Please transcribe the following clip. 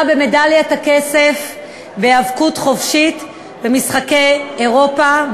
במדליית הכסף בהיאבקות חופשית במשחקי אירופה,